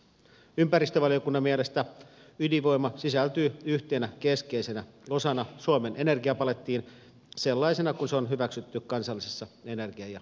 ympäristövaliokunnan mielestä ydinvoima sisältyy yhtenä keskeisenä osana suomen energiapalettiin sellaisena kuin se on hyväksytty kansallisessa energia ja ilmastostrategiassa